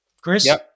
Chris